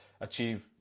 achieve